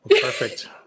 Perfect